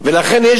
לכן,